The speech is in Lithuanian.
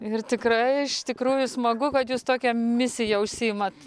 ir tikrai iš tikrųjų smagu kad jūs tokia misija užsiimat